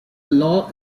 law